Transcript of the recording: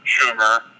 Schumer